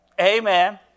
Amen